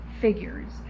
figures